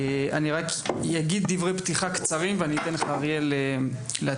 אני רק אגיד דברי פתיחה קצרים ואני אתן לך אריאל להתחיל